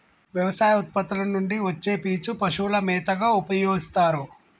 వ్యవసాయ ఉత్పత్తుల నుండి వచ్చే పీచు పశువుల మేతగా ఉపయోస్తారు